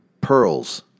pearls